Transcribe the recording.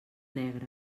negre